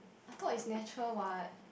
I thought it's natural what